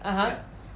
!huh!